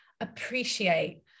appreciate